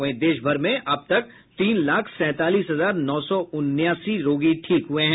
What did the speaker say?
वहीं देश भर में अब तक तीन लाख सैंतालीस हजार नौ सौ उनासी रोगी ठीक हुए हैं